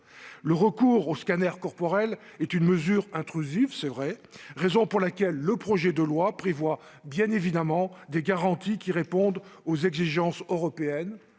Le recours aux scanners corporels est une mesure intrusive, il est vrai. C'est la raison pour laquelle le projet de loi prévoit, bien évidemment, des garanties qui répondent aux exigences européennes